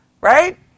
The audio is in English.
right